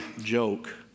joke